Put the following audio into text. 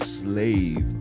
slave